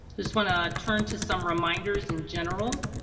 just want to turn to some reminders in general,